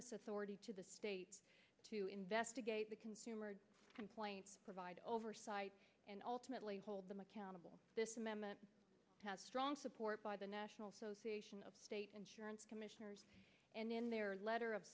this authority to the state to investigate the consumer complaints provide oversight and ultimately hold them accountable this amendment has strong support by the national so ca sion of state insurance commissioners and in their letter of